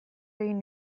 egin